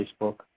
Facebook